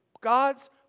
God's